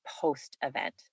post-event